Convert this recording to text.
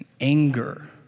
anger